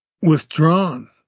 withdrawn